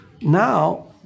Now